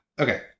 Okay